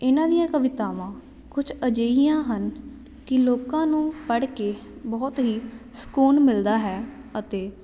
ਇਹਨਾਂ ਦੀਆਂ ਕਵਿਤਾਵਾਂ ਕੁਝ ਅਜਿਹੀਆਂ ਹਨ ਕਿ ਲੋਕਾਂ ਨੂੰ ਪੜ੍ਹ ਕੇ ਬਹੁਤ ਹੀ ਸਕੂਨ ਮਿਲਦਾ ਹੈ ਅਤੇ